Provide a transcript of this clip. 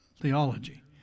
theology